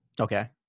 Okay